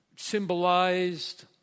symbolized